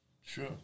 Sure